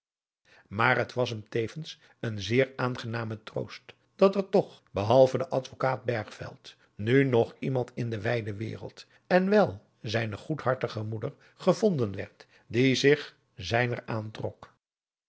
maar het was hem tevens een zeer aangename troost dat'er toch behalve den advokaat bergveld nu nog iemand in de wijde wereld en wel zijne goedhartige moeder gevonden werd die zich zijner aantrok